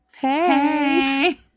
Hey